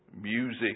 music